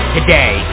Today